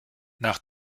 nach